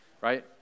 Right